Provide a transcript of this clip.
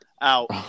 out